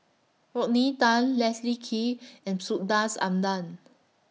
Rodney Tan Leslie Kee and Subhas Anandan